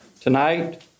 Tonight